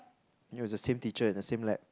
and it was the same teacher and the same lab